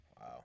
Wow